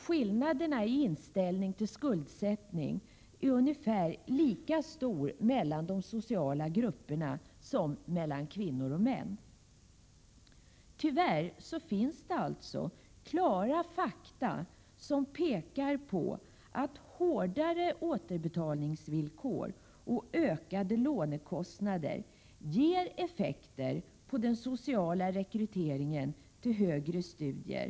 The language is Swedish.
Skillnaderna i inställning till skuldsättningen är ungefär lika stora mellan de olika sociala grupperna som skillnaderna mellan kvinnor och män. Det finns alltså, tyvärr, klara fakta som visar att hårdare återbetalningsvillkor och ökade lånekostnader ger effekter på den sociala rekryteringen till högre studier.